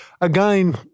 again